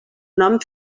nom